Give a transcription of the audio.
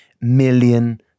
million